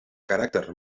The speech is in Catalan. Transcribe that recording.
caràcter